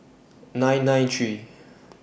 nine nine three